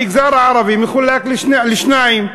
המגזר הערבי מחולק לשניים: